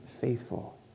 faithful